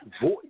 voice